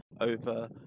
over